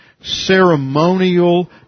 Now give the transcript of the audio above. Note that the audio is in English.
ceremonial